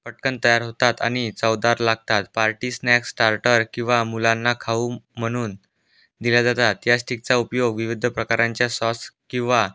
पटकन तयार होतात आणि चवदार लागतात पार्टी स्नॅक्स स्टार्टर किंवा मुलांना खाऊ म्हणून दिल्या जातात या स्टिकचा उपयोग विविध प्रकारांच्या सॉस किंवा